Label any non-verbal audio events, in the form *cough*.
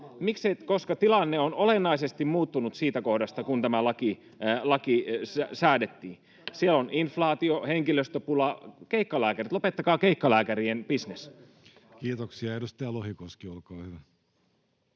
tilanne on olennaisesti muuttunut siitä kohdasta, kun tämä laki säädettiin. *noise* Siellä on inflaatio, henkilöstöpula, keikkalääkärit. Lopettakaa keikkalääkärien bisnes. Kiitoksia. — Edustaja Lohikoski, olkaa hyvä.